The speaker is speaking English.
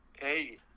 hey